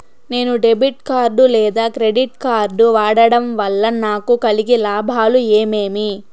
నేను debit card లేదా credit card వాడడం వల్ల నాకు కలిగే లాభాలు ఏమేమీ?